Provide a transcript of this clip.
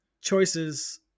choices